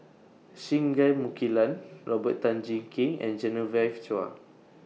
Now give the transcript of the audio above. Singai Mukilan Robert Tan Jee Keng and Genevieve Chua